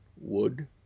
wood